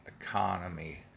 economy